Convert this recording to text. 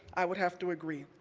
i would have to agree.